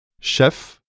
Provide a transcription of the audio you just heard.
chef